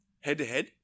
head-to-head